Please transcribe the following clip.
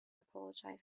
apologize